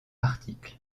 article